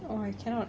oh I cannot